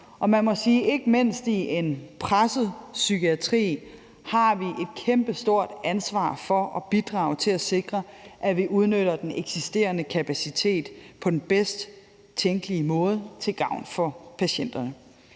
Og man må sige, at ikke mindst i en presset psykiatri har vi et kæmpestort ansvar for at bidrage til at sikre, at vi udnytter den eksisterende kapacitet på den bedst tænkelige måde til gavn for patienterne.